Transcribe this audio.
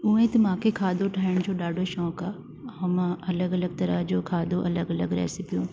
उहे त मूंखे खाधो ठाहिण जो ॾाढो शौक़ु आहे मां अलॻि अलॻि तरह जो खाधो अलॻि अलॻि रेसिपियूं